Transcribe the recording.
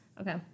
Okay